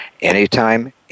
anytime